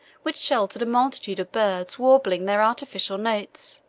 which sheltered a multitude of birds warbling their artificial notes,